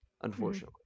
unfortunately